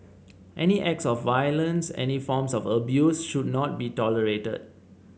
any acts of violence any forms of abuse should not be tolerated